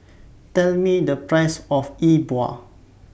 Tell Me The Price of E Bua